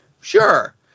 Sure